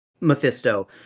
Mephisto